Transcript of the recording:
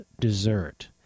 dessert